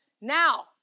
Now